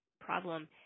problem